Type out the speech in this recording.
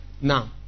Now